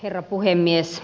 herra puhemies